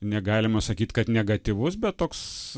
negalima sakyt kad negatyvus bet toks